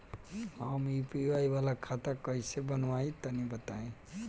हम यू.पी.आई वाला खाता कइसे बनवाई तनि बताई?